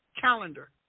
calendar